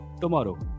tomorrow